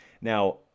Now